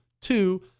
Two